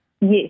Yes